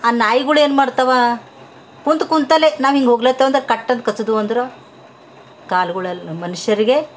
ಆ ನಾಯಿಗಳೇನ್ ಮಾಡ್ತವೆ ಕುಂತ ಕುಂತಲ್ಲೇ ನಾವು ಹಿಂಗೆ ಹೋಗ್ಲತ್ತೇವಂದ ಕಟ್ಟಂತ ಕಚ್ಚಿದವಂದ್ರೆ ಕಾಲುಗಳೆಲ್ಲ ಮನುಷ್ಯರಿಗೆ